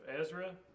Ezra